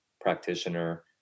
practitioner